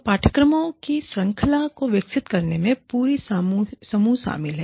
तो पाठ्यक्रमों की श्रृंखला को विकसित करने में पूरी समूह शामिल है